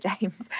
James